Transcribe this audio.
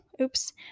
oops